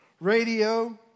radio